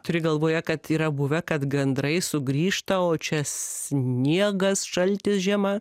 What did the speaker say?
turi galvoje kad yra buvę kad gandrai sugrįžta o čia sniegas šaltis žiema